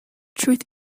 truth